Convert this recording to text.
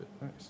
nice